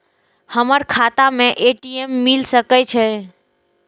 हमर खाता में ए.टी.एम मिल सके छै?